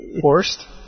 forced